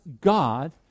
God